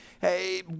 Hey